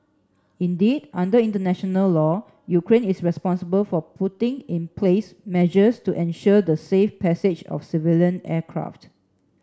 indeed under international law Ukraine is responsible for putting in place measures to ensure the safe passage of civilian aircraft